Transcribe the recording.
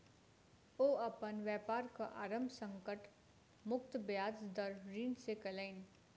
ओ अपन व्यापारक आरम्भ संकट मुक्त ब्याज दर ऋण सॅ केलैन